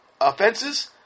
offenses